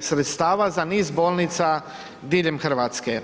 sredstava za niz bolnica diljem Hrvatske.